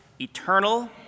eternal